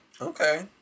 okay